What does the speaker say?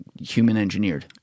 human-engineered